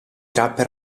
rapper